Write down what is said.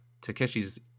Takeshi's